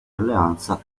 alleanza